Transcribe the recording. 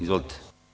Izvolite.